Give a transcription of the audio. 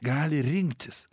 gali rinktis